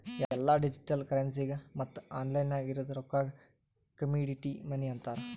ಎಲ್ಲಾ ಡಿಜಿಟಲ್ ಕರೆನ್ಸಿಗ ಮತ್ತ ಆನ್ಲೈನ್ ನಾಗ್ ಇರದ್ ರೊಕ್ಕಾಗ ಕಮಾಡಿಟಿ ಮನಿ ಅಂತಾರ್